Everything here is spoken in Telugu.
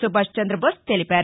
సుభాష్ చంద్రబోస్ తెలిపారు